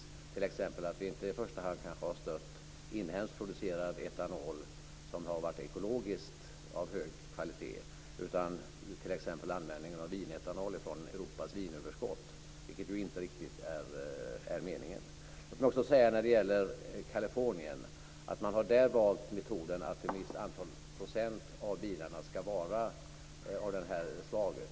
Vi har t.ex. inte i första hand kanske stött inhemsk producerad etanol som har varit ekologiskt av hög kvalitet, utan vi har stött användningen av vinetanol från Europas vinöverskott, vilket inte riktigt var meningen. I Kalifornien har man valt metoden att ett visst antal procent av alla bilar ska vara av det här slaget.